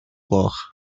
gloch